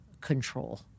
control